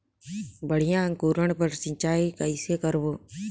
बढ़िया अंकुरण बर सिंचाई कइसे करबो?